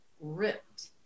ripped